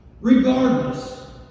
regardless